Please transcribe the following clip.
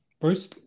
Bruce